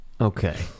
Okay